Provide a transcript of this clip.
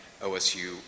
OSU